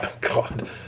God